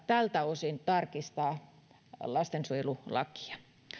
tältä osin tarkistaa lastensuojelulakia